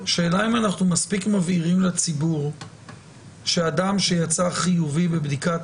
השאלה אם אנחנו מספיק מבהירים לציבור שאדם שיצא חיובי בבדיקת